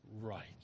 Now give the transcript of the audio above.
right